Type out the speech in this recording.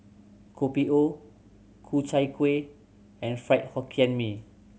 Kopi O Ku Chai Kueh and Fried Hokkien Mee